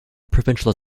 provincial